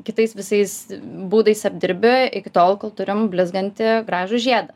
kitais visais būdais apdirbi iki tol kol turim blizgantį gražų žiedą